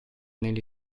negli